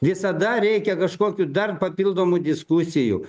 visada reikia kažkokių dar papildomų diskusijų